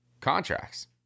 contracts